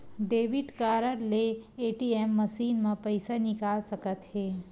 debit card ले ATM machine म पइसा निकाल सकत हे